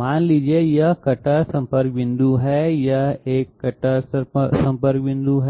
मान लीजिए कि यह एक कटर संपर्क बिंदु है यह एक कटर संपर्क बिंदु है